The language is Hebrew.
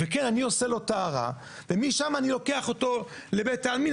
כן אני עושה לו טהרה ומשם אני לוקח אותו לבית העלמין,